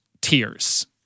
tears